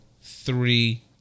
three